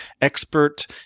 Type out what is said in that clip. expert